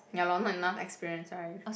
ya lor not enough experience right